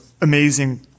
amazing